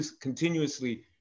continuously